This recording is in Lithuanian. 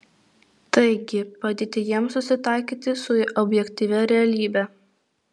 taigi padėti jiems susitaikyti su objektyvia realybe